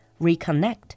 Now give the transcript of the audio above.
reconnect